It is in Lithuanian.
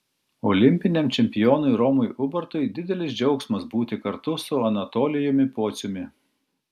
olimpiniam čempionui romui ubartui didelis džiaugsmas būti kartu su anatolijumi pociumi